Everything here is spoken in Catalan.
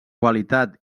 qualitat